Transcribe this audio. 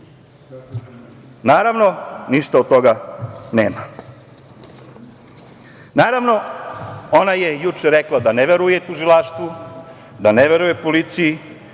Naravno, ništa od toga nema. Naravno, ona je juče rekla da ne veruje tužilaštvu, da ne veruje policiji,